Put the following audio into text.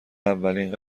اولین